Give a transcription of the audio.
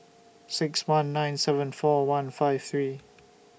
six one nine seven four one five three